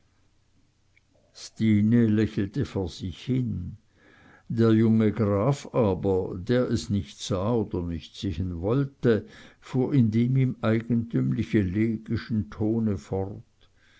stine lächelte vor sich hin der junge graf aber der es nicht sah oder nicht sehen wollte fuhr in dem ihm eigentümlich elegischen tone fort